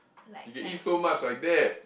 you can eat so much like that